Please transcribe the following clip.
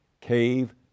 cave